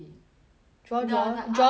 the the draw draw art room Drawful Two